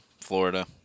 Florida